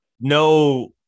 no